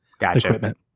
equipment